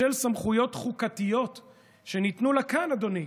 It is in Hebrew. בשל סמכויות חוקתיות שניתנו לה כאן, אדוני,